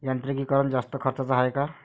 यांत्रिकीकरण जास्त खर्चाचं हाये का?